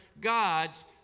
God's